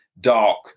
dark